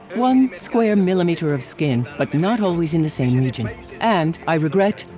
one square millimeter of skin but but not always in the same region and, i regret,